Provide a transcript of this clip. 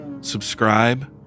subscribe